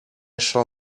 shall